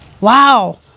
Wow